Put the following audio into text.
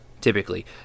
typically